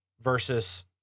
versus